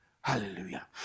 Hallelujah